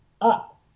up